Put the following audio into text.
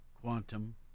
quantum